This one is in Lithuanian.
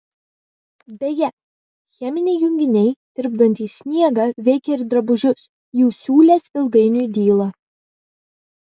beje cheminiai junginiai tirpdantys sniegą veikia ir drabužius jų siūlės ilgainiui dyla